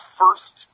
first